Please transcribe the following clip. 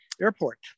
Airport